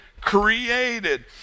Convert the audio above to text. created